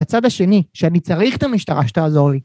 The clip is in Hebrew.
‫הצד השני שאני צריך ‫את המשטרה שתעזור לי.